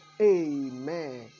amen